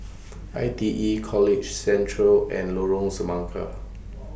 I T E College Central and Lorong Semangka